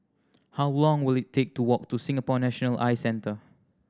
how long will it take to walk to Singapore National Eye Centre